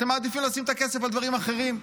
אתם מעדיפים לשים את הכסף על דברים אחרים.